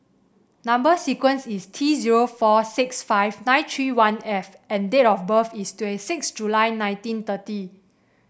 number sequence is T zero four six five nine three one F and date of birth is twenty six July nineteen thirty